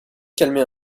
calmer